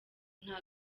nta